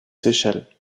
seychelles